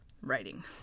writing